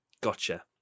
Gotcha